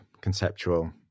conceptual